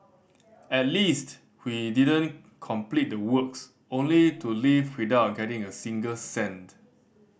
at least we didn't complete the works only to leave without getting a single cent